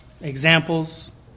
examples